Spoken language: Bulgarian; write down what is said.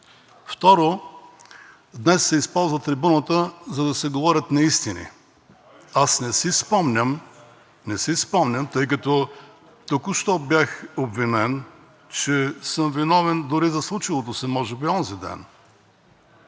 Второ, днес се използва трибуната, за да се говорят неистини. Не си спомням, тъй като току-що бях обвинен, че съм виновен дори за случилото се може би онзиден.